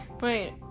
Wait